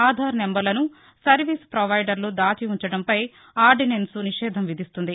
ఆధార్ నంబర్లను సర్వీసు ప్రొవైదర్ల దాచి ఉంచడంపై ఆర్డినెన్సు నిషేధం విధిస్తుంది